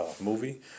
Movie